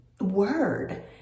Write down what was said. word